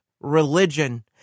religion